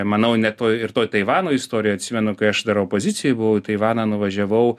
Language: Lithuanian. manau net toj ir toj taivano istorijoj atsimenu kai aš dar opozicijoj buvau taivaną nuvažiavau